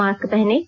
mask पहनें